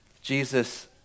Jesus